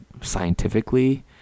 scientifically